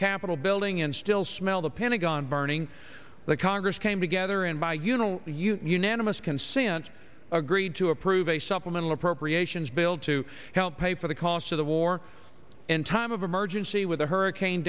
capitol building and still smell the pentagon burning the congress came together in my unit you unanimous consent agreed to approve a supplemental appropriations bill to help pay for the cost of the war in time of emergency with the hurricane